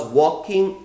walking